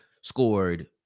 scored